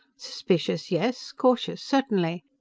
suspicious, yes. cautious, certainly.